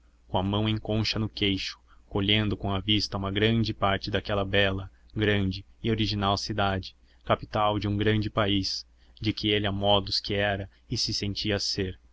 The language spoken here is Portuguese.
com a mão em concha no queixo colhendo com a vista uma grande parte daquela bela grande e original cidade capital de um grande país de que ele a modos que era e se sentia ser